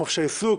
חופש העיסוק.